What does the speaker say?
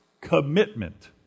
commitment